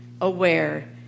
aware